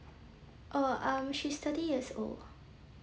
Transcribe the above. oh um she's thirty years old